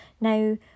Now